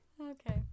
okay